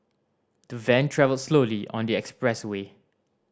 the van travelled slowly on the expressway